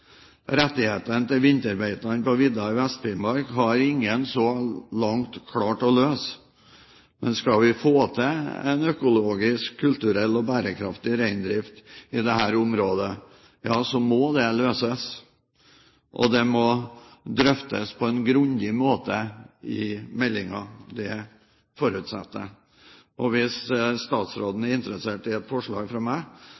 Rettighetene til vinterbeitene på vidda i Vest-Finnmark har ingen så langt klart å løse. Men skal vi få til en økologisk, kulturell og bærekraftig reindrift i dette området, ja så må det løses, og det må drøftes på en grundig måte i meldingen, det forutsetter jeg. Hvis statsråden er interessert i et forslag fra meg,